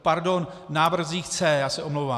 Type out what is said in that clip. Pardon, o návrzích C, já se omlouvám.